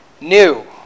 new